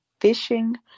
fishing